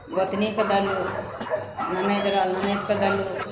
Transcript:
गोतनीके देलहुँ ननदि रहल ननदिके देलहुँ